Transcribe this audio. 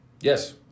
Yes